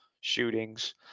shootings